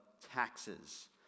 taxes